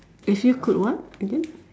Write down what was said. if you could what again